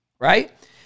right